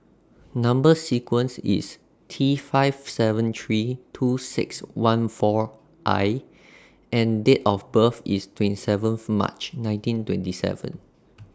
Number sequence IS T five seven three two six one four I and Date of birth IS twenty seventh March nineteen twenty seven